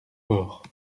bords